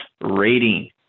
rating